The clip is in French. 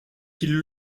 qu’ils